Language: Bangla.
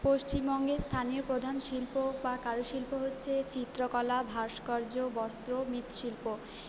পশ্চিমবঙ্গে স্থানীয় প্রধান শিল্প বা কারু শিল্প হচ্ছে চিত্রকলা ভাস্কর্য বস্ত্র মৃৎ শিল্প